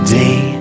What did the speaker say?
day